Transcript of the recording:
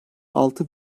altı